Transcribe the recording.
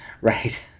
Right